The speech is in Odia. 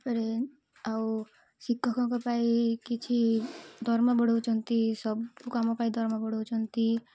ତା'ପରେ ଆଉ ଶିକ୍ଷକଙ୍କ ପାଇଁ କିଛି ଦରମା ବଢ଼ାଉଛନ୍ତି ସବୁ କାମ ପାଇଁ ଦରମା ବଢ଼ାଉଛନ୍ତି